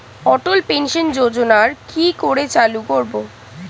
অটল pension যোজনার কি করে চালু করব?